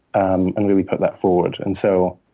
um and really put that forward. and so,